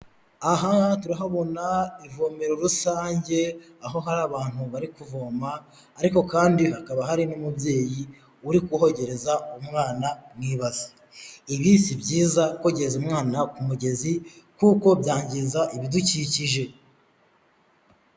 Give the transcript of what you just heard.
Aha turahabona ivomero rusange aho hari abantu bari kuvoma ariko kandi hakaba hari n'umubyeyi uri kuhogereza umwana mu ibase, ibi si byiza kogereza umwana ku mugezi kuko byangiza ibidukikije.